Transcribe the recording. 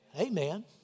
Amen